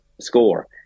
score